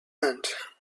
hand